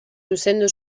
zuzendu